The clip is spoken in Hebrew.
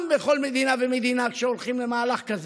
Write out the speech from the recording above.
בכל מדינה ומדינה כשהולכים למהלך כזה?